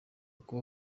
kuba